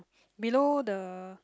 below the